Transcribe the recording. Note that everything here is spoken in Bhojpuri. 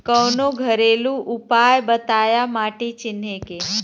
कवनो घरेलू उपाय बताया माटी चिन्हे के?